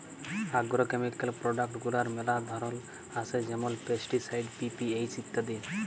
agrochemical product গুলার ম্যালা ধরল আসে যেমল পেস্টিসাইড, পি.পি.এইচ ইত্যাদি